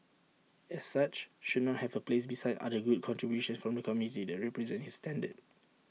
as such should not have A place beside other good contributions from the community that represent his standard